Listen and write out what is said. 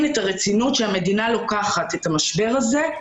את הרצינות של המדינה ביחס למשבר הזה.